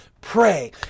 pray